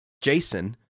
jason